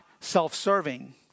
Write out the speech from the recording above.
self-serving